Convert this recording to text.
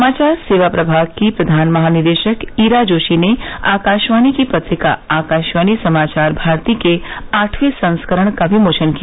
समाचार सेवा प्रभाग की प्रधान महानिदेशक ईरा जोशी ने आकाशवाणी की पत्रिका आकाशवाणी समाचार भारती के आठवें संस्करण का विमोचन किया